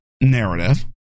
narrative